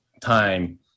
time